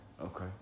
okay